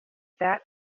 that